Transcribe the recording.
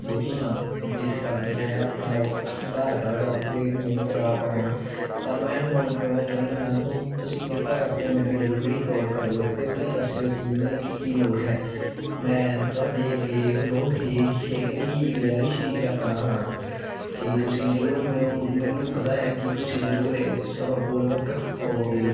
ਦੁਖੀ ਹਾਂ ਜਿਸ ਕਾਰਨ ਮੈਂ ਆਪਣਾ ਆਧਾਰ ਕਾਰਡ ਅਪਡੇਟ ਨਹੀਂ ਕਰਾ ਪਾਇਆ ਪਰ ਮੈਂ ਹੁਣ ਕਰਵਾਉਣਾ ਚਾਹੁੰਦਾ ਹਾਂ ਤੂੰ ਤੁਸੀਂ ਕਿਰਪਾ ਕਰਕੇ ਮੈਨੂੰ ਜ਼ਰੂਰੀ ਕਾਲ ਕਰਿਓ ਅਤੇ ਮੈਨੂੰ ਦੱਸਿਓ ਕਿ ਮੈਨੂੰ ਕੀ ਕੀ ਲੋੜ ਹੈ ਮੈਂ ਤੁਹਾਡੇ ਅੱਗੇ ਬਹੁਤ ਹੀ ਇੱਕ ਨਿੱਕੀ ਜਿਹੀ ਗੁਜ਼ਾਰਿਸ਼ ਹੀ ਰੱਖਦਾ ਹਾਂ ਕਿ ਤੁਸੀਂ ਜ਼ਰੂਰ ਮੈਨੂੰ ਮੈਨੂੰ ਪਤਾ ਹੈ ਕਿ ਤੁਸੀਂ ਜ਼ਰੂਰ ਇਹ ਸਫਲ ਪੂਰਵਕ ਹੋਵੋਗੇ